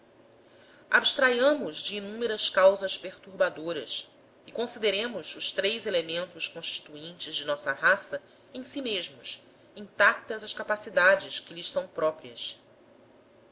em si mesmos intactas as capacidades que lhes são próprias